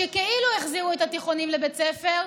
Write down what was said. כשכאילו החזירו את התיכונים לבית הספר,